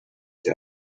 task